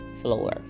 floor